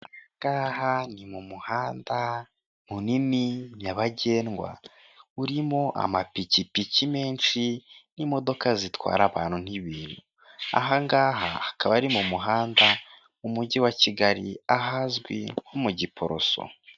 Aha ngaha ni mu muhanda munini nyabagendwa. Urimo amapikipiki menshi n'imodoka zitwara abantu n'ibintu. Aha ngaha hakaba ari mu muhanda mu mujyi wa Kigali, ahazwi nko mu Giporoso.